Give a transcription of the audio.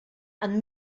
and